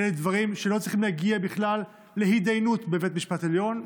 אלה דברים שלא צריכים להגיע בכלל להתדיינות בבית המשפט העליון.